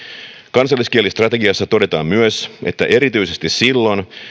kansalliskielistrategiassa todetaan myös että erityisesti silloin